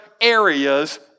areas